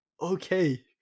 okay